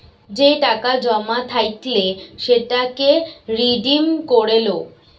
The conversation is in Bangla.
যে টাকা জমা থাইকলে সেটাকে রিডিম করে লো